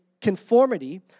conformity